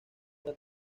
era